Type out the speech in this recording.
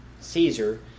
Caesar